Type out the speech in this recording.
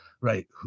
right